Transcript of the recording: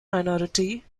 minority